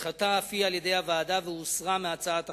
נדחתה אף היא על-ידי הוועדה והוסרה מהצעת החוק.